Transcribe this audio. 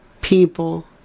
people